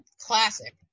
Classic